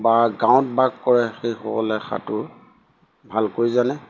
বা গাঁৱত বাস কৰে সেইসকলে সাঁতোৰ ভালকৈ জানে